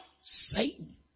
Satan